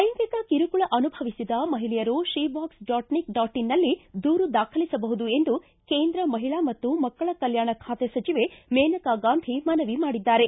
ಲೈಂಗಿಕ ಕಿರುಕುಳ ಅನುಭವಿಸಿದ ಮಹಿಳೆಯರು ಕೋಣಿನಲ್ಲಿ ದೂರು ದಾಖಲಿಸಬಹುದು ಎಂದು ಕೇಂದ್ರ ಮಹಿಳಾ ಮತ್ತು ಮಕ್ಕಳ ಕಲ್ಲಾಣ ಖಾತೆ ಸಚಿವೆ ಮೇನಕಾ ಗಾಂಧಿ ಮನವಿ ಮಾಡಿದ್ದಾರೆ